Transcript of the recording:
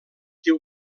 diu